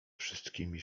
wszystkimi